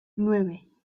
nueve